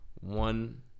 one